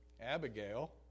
Abigail